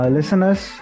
Listeners